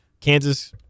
Kansas